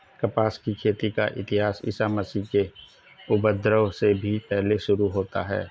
कपास की खेती का इतिहास ईसा मसीह के उद्भव से भी पहले शुरू होता है